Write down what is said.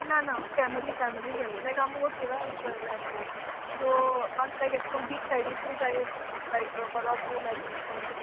ना ना family family जाय लायक आम मुगो टुरा एश करून येयलांय गो सो म्हाक लायक एश करून बीच सायडीकू जाय एशें लायक बरो व्यू मेळट तशें करून